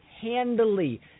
handily